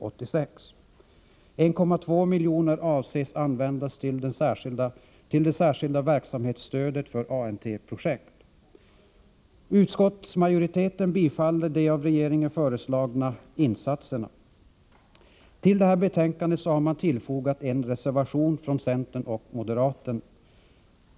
1,2 miljoner avses att användas till det särskilda verksamhetsstödet för ANT-projekt. Utskottsmajoriteten tillstyrker de av regeringen föreslagna insatserna. Till detta betänkande har man fogat en reservation från centern och moderaterna.